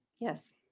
Yes